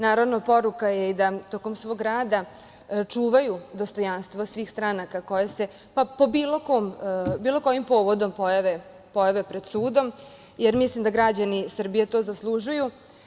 Naravno, poruka je i da tokom svog rada čuvaju dostojanstvo svih stranaka koje se bilo kojim povodom pojave pred sudom, jer mislim da građani Srbije to zaslužuju.